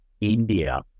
India